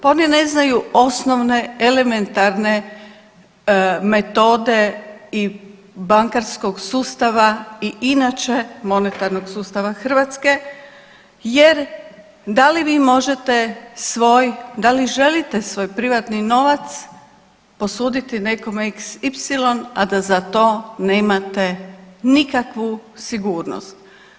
Pa oni ne znaju osnovne, elementarne metode i bankarskog sustava i inače monetarnog sustava Hrvatske jer da li vi možete svoj, da li želite svoj privatni novac posuditi nekome xy a da za to nemate nikakvu sigurnost.